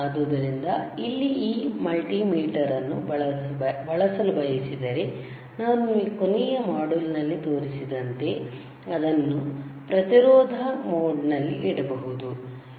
ಆದ್ದರಿಂದ ಇಲ್ಲಿ ಈ ಮಲ್ಟಿಮೀಟರ್ ಅನ್ನು ಬಳಸಲು ಬಯಸಿದರೆ ನಾನು ನಿಮಗೆ ಕೊನೆಯ ಮಾಡ್ಯೂಲ್ ನಲ್ಲಿ ತೋರಿಸಿದಂತೆ ಅದನ್ನು ಪ್ರತಿರೋಧ ಮೋಡ್ ನಲ್ಲಿ ಇಡಬಹುದು